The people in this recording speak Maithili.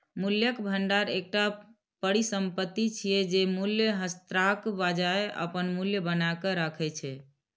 मूल्यक भंडार एकटा परिसंपत्ति छियै, जे मूल्यह्रासक बजाय अपन मूल्य बनाके राखै छै